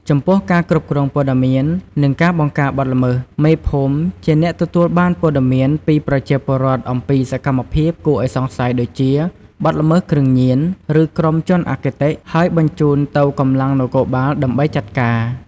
ចំពោះការគ្រប់គ្រងព័ត៌មាន និងការបង្ការបទល្មើស មេភូមិជាអ្នកទទួលបានព័ត៌មានពីប្រជាពលរដ្ឋអំពីសកម្មភាពគួរឲ្យសង្ស័យដូចជា បទល្មើសគ្រឿងញៀន ឬក្រុមជនអគតិ ហើយបញ្ជូនទៅកម្លាំងនគរបាលដើម្បីចាត់ការ។